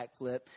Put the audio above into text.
backflip